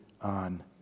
on